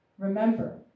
Remember